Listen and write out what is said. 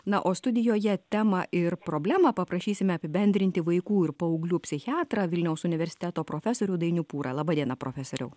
na o studijoje temą ir problemą paprašysime apibendrinti vaikų ir paauglių psichiatrą vilniaus universiteto profesorių dainių pūrą laba diena profesoriau